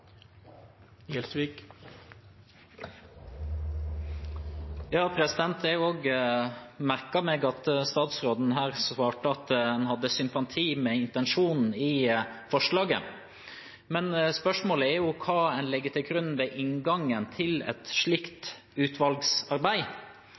Jeg merket meg også at statsråden svarte at en hadde sympati med intensjonen i forslaget. Men spørsmålet er jo hva en legger til grunn ved inngangen til et slikt